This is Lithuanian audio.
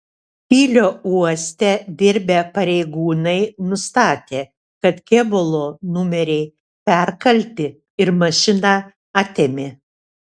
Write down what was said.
kylio uoste dirbę pareigūnai nustatė kad kėbulo numeriai perkalti ir mašiną atėmė